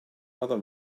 other